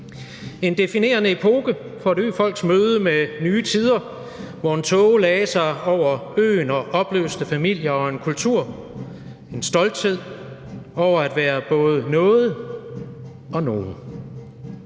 en definerende epoke for et øfolks møde med nye tider, hvor en tåge lagde sig over øen og opløste familier og en kultur og en stolthed over at være både noget og nogen.